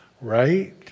right